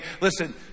listen